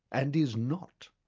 and is not.